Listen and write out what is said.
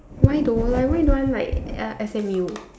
why though like why don't want like uh S_M_U